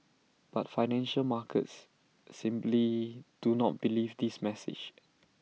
but financial markets simply do not believe this message